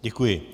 Děkuji.